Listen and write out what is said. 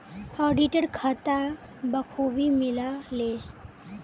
auditor खाता बखूबी मिला ले